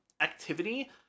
activity